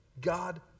God